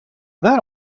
that